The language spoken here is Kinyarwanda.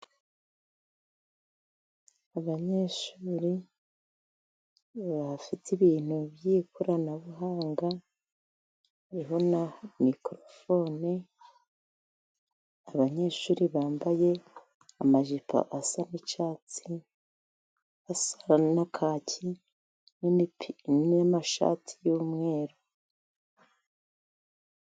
Abanyeshuri bafite ibintu by'ikoranabuhanga biriho na mikorofone, abanyeshuri bambaye amajipo asa n'icyatsi, asa na kaki n'amashati y'umweru.